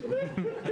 אל